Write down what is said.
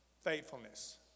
faithfulness